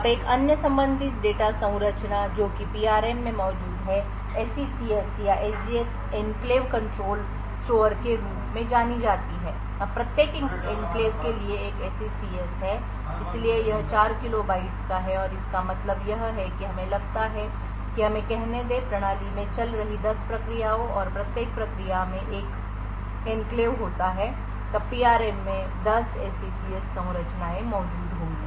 अब एक अन्य संबंधित डेटा संरचना जो कि PRM में मौजूद है SECS या SGX एन्क्लेव कंट्रोल स्टोर के रूप में जानी जाती है अब प्रत्येक एंक्लेव के लिए एक SECS है इसलिए यह 4 किलो बाइट्स का है और इसका मतलब यह है कि हमें लगता है कि हमें कहने दें प्रणाली में चल रही 10 प्रक्रियाओं और प्रत्येक प्रक्रिया में एक एनक्लेव होता है तब PRM में 10 SECS संरचनाएं मौजूद होंगी